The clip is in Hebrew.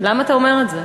למה אתה אומר את זה?